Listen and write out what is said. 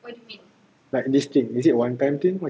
like this thing is it one time thing